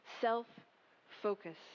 self-focus